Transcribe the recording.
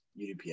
UDP